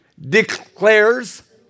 declares